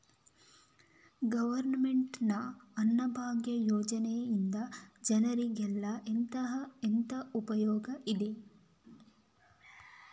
Government ನ ಅನ್ನಭಾಗ್ಯ ಯೋಜನೆಯಿಂದ ಜನರಿಗೆಲ್ಲ ಎಂತ ಉಪಯೋಗ ಇರ್ತದೆ?